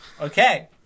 Okay